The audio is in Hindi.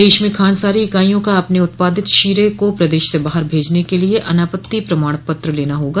प्रदेश में खांडसारी इकाइयों का अपने उत्पादित शीरे को प्रदेश से बाहर भेजने के लिए अनापत्ति प्रमाण लेना होगा